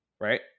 right